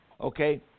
Okay